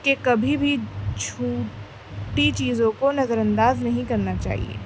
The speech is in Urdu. کہ کبھی بھی چھوٹی چیزوں کو نظر انداز نہیں کرنا چاہیے